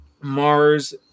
Mars